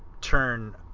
turn